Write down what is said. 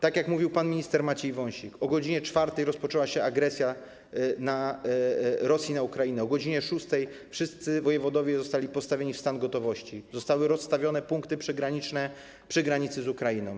Tak jak powiedział pan minister Maciej Wąsik, o godz. 4 rozpoczęła się agresja Rosji na Ukrainę, o godz. 6 wszyscy wojewodowie zostali postawieni w stan gotowości, zostały rozstawione punkty przygraniczne przy granicy z Ukrainą.